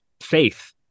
faith